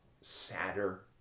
sadder